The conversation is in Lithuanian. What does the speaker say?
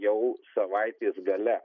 jau savaitės gale